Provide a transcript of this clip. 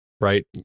right